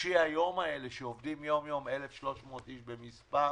קשי היום האלה, שעובדים יום יום, 1,300 איש במספר,